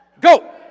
Go